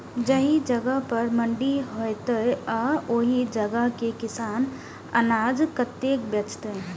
जाहि जगह पर मंडी हैते आ ओहि जगह के किसान अनाज कतय बेचते?